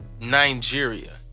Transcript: Nigeria